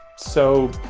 so.